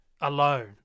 alone